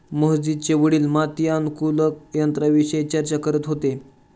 मोहजितचे वडील माती अनुकूलक यंत्राविषयी चर्चा करत होते